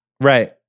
right